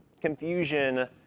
confusion